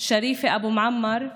שריפה אבו מועמר,